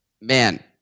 Man